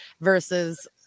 Versus